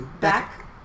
back